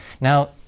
now